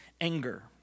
anger